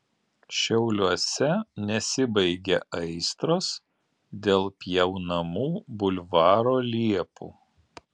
šiauliuose nesibaigia aistros dėl pjaunamų bulvaro liepų